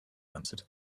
answered